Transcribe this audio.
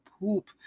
poop